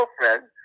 girlfriend